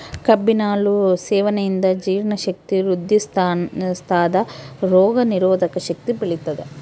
ಕಬ್ಬಿನ ಹಾಲು ಸೇವನೆಯಿಂದ ಜೀರ್ಣ ಶಕ್ತಿ ವೃದ್ಧಿಸ್ಥಾದ ರೋಗ ನಿರೋಧಕ ಶಕ್ತಿ ಬೆಳಿತದ